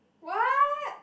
what